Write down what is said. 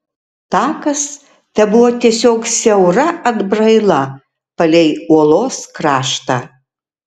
takas tebuvo tiesiog siaura atbraila palei uolos kraštą